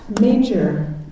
major